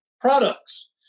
products